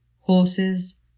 horses